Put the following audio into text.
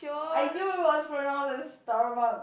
I knew it was pronounce as stomach